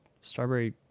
strawberry